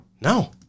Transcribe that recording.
No